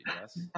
yes